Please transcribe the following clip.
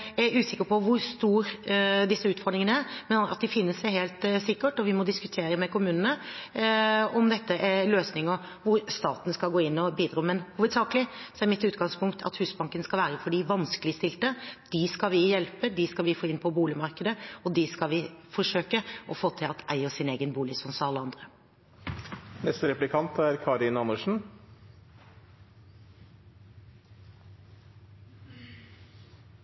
Jeg er usikker på hvor store disse utfordringene er, men at de finnes, er helt sikkert, og vi må diskutere med kommunene om dette er løsninger hvor staten skal gå inn og bidra. Men hovedsakelig er mitt utgangspunkt at Husbanken skal være for de vanskeligstilte. Dem skal vi hjelpe, dem skal vi få inn på boligmarkedet, og dem skal vi forsøke å få til at eier sin egen bolig, slik som alle